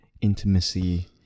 intimacy